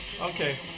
Okay